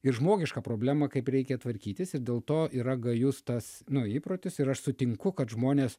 ir žmogišką problemą kaip reikia tvarkytis ir dėl to yra gajus tas nu įprotis ir aš sutinku kad žmonės